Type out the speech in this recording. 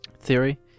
theory